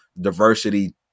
diversity